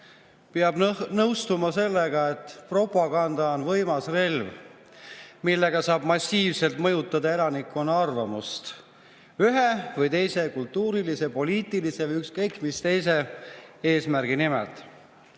Peab nõustuma sellega, et propaganda on võimas relv, millega saab massiivselt mõjutada elanikkonna arvamust ühe või teise kultuurilise, poliitilise või ükskõik mis teise eesmärgi nimel.